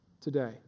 today